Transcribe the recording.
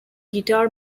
guitar